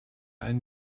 einen